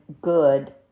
good